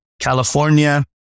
California